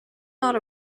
not